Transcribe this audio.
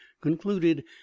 concluded